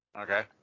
Okay